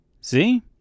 See